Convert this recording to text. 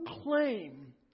claim